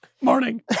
Morning